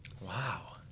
Wow